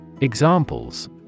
Examples